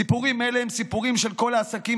סיפורים אלו הם סיפוריהם של כל העסקים,